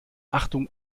achtung